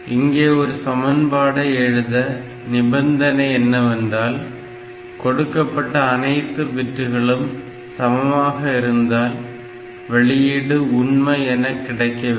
இங்கே ஒரு சமன்பாடை எழுத நிபந்தனை என்னவென்றால் கொடுக்கப்பட்ட அனைத்து பிட்களும் சமமாக இருந்தால் வெளியீடு உண்மை என் கிடைக்க வேண்டும்